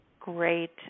Great